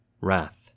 wrath